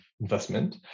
investment